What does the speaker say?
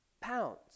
pounds